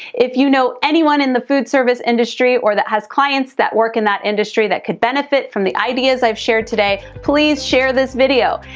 if you know anyone in the food service industry or that has clients that work in that industry that could benefit from the ideas i've shared today, please share this video.